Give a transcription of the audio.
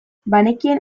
banekien